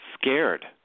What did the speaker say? scared